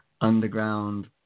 underground